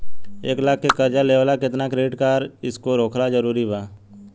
एक लाख के कर्जा लेवेला केतना क्रेडिट स्कोर होखल् जरूरी बा?